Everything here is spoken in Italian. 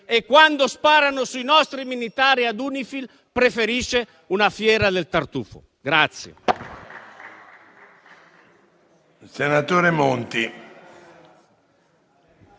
e, quando sparano sui nostri militari UNIFIL, preferisce una fiera del tartufo.